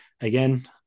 again